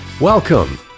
Welcome